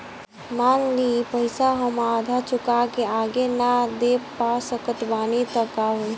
मान ली पईसा हम आधा चुका के आगे न दे पा सकत बानी त का होई?